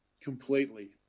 completely